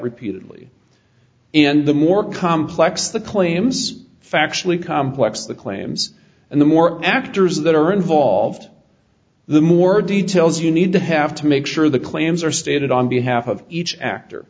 repeatedly and the more complex the claims factually complex the claims and the more actors that are involved the more details you need to have to make sure the claims are stated on behalf of each actor